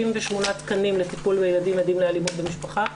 תקנים לטיפול בילדים עדים לאלימות במשפחה,